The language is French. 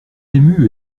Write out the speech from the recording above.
émue